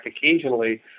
occasionally